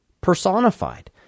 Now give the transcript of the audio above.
personified